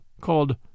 called